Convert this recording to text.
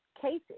cases